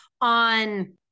on